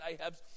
Ahab's